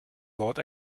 wort